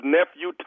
Nephew